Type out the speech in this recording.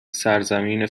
سرزمین